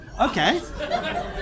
Okay